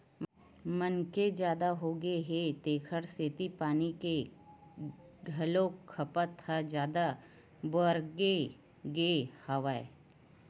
मनखे जादा होगे हे तेखर सेती पानी के घलोक खपत ह जादा बाड़गे गे हवय